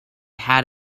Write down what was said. had